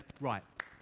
right